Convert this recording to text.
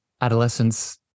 adolescence